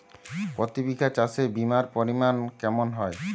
প্রতি বিঘা চাষে বিমার পরিমান কেমন হয়?